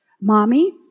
Mommy